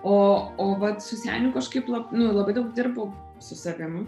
o o vat su seniu kažkaip lab nu labai daug dirbau su savim